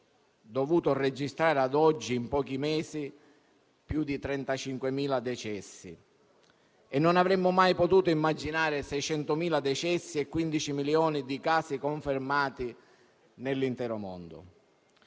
dovuto registrare, a oggi, in pochi mesi, più di 35.000 decessi. Non avremmo mai potuto immaginare 600.000 decessi e 15 milioni di casi confermati nel mondo